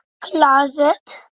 closet